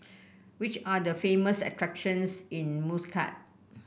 which are the famous attractions in Muscat